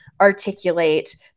articulate